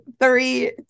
three